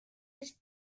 his